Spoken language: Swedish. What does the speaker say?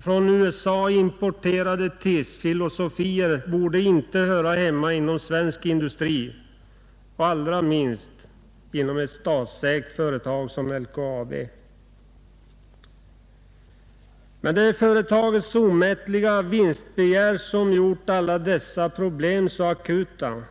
Från USA importerade tesfilosofier borde inte höra hemma i svensk industri, allra minst i ett statsägt företag som LKAB. Det är företagets omättliga vinstbegär som gjort alla dessa problem så akuta.